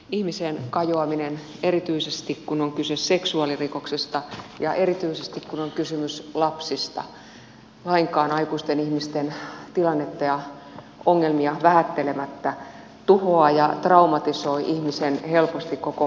ihmiseen kajoaminen erityisesti kun on kyse seksuaalirikoksesta ja erityisesti kun on kysymys lapsista lainkaan aikuisten ihmisten tilannetta ja ongelmia vähättelemättä tuhoaa ja traumatisoi ihmisen helposti koko loppuiäkseen